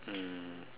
mm